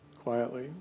quietly